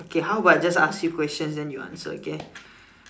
okay how about I just ask you questions then you answer okay